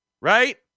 Right